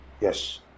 Yes